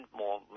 more